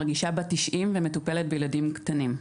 מרגישה בת 90 ומטפלת בילדים קטנים.